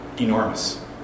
enormous